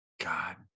God